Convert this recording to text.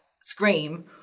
scream